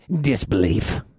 disbelief